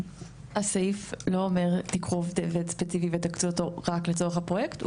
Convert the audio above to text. הסעיף לא אומר תיקחו עובד ספציפי ותקצו אותו רק לצורך הפרויקט.